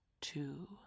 two